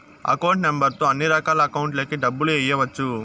account number తో అన్నిరకాల అకౌంట్లలోకి డబ్బులు ఎయ్యవచ్చు